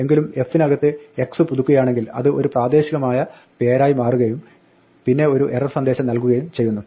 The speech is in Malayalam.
എങ്കിലും f നകത്ത് x പുതുക്കുകയാണെങ്കിൽ അത് ഒരു പ്രാദേശികമായ പേരായി മാറുകയും പിന്നെ ഒരു എറർ സന്ദേശം നൻകുകയും ചെയ്യുന്നു